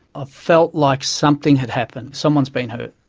ah felt like something had happened. someone's being hunted.